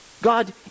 God